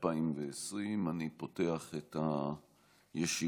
2020. אני פותח את הישיבה.